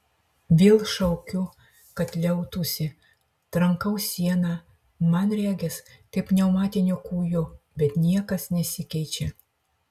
vėl šaukiu kad liautųsi trankau sieną man regis kaip pneumatiniu kūju bet niekas nesikeičia